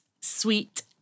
sweet